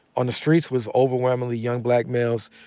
on the streets was overwhelmingly young black males.